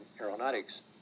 aeronautics